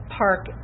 park